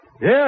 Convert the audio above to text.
Yes